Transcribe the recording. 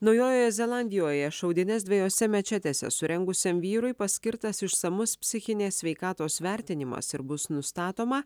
naujojoje zelandijoje šaudynes dviejose mečetėse surengusiam vyrui paskirtas išsamus psichinės sveikatos vertinimas ir bus nustatoma